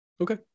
Okay